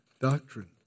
doctrine